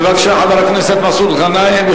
בבקשה, חבר הכנסת מסעוד גנאים.